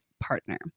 partner